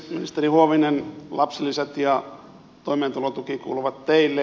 ministeri huovinen lapsilisät ja toimeentulotuki kuuluvat teille